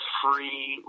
free